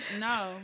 No